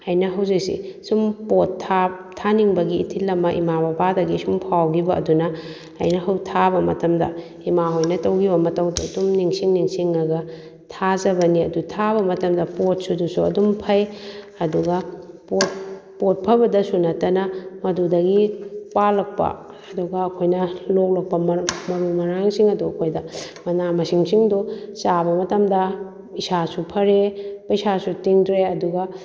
ꯑꯩꯅ ꯍꯧꯖꯤꯛꯁꯤ ꯁꯨꯝ ꯄꯣꯠ ꯊꯥꯅꯤꯡꯕꯒꯤ ꯏꯊꯤꯜ ꯑꯃ ꯏꯃꯥ ꯕꯕꯥꯗꯒꯤ ꯁꯨꯝ ꯐꯥꯎꯈꯤꯕ ꯑꯗꯨꯅ ꯑꯩꯅ ꯍꯧꯖꯤꯛ ꯊꯥꯕ ꯃꯇꯝꯗ ꯏꯃꯥꯍꯣꯏꯅ ꯇꯧꯈꯤꯕ ꯃꯇꯧꯗꯣ ꯑꯗꯨꯝ ꯅꯤꯡꯁꯤꯡ ꯅꯤꯡꯁꯤꯡꯉꯒ ꯊꯥꯖꯕꯅꯤ ꯑꯗꯨ ꯊꯥꯕ ꯃꯇꯝꯗ ꯄꯣꯠꯁꯨ ꯑꯗꯨꯁꯨ ꯑꯗꯨꯝ ꯐꯩ ꯑꯗꯨꯒ ꯄꯣꯠ ꯄꯣꯠ ꯐꯕꯗꯁꯨ ꯅꯠꯇꯅ ꯃꯗꯨꯗꯒꯤ ꯄꯥꯜꯂꯛꯄ ꯑꯗꯨꯒ ꯑꯩꯈꯣꯏꯅ ꯂꯣꯛꯂꯛꯄ ꯃꯔꯨ ꯃꯔꯥꯡꯁꯤꯡ ꯑꯗꯨ ꯑꯩꯈꯣꯏꯗ ꯃꯅꯥ ꯃꯁꯤꯡꯁꯤꯡꯗꯣ ꯆꯥꯕ ꯃꯇꯝꯗ ꯏꯁꯥꯁꯨ ꯐꯔꯦ ꯄꯩꯁꯥꯁꯨ ꯇꯤꯡꯗ꯭ꯔꯦ ꯑꯗꯨꯒ